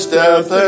death